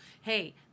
hey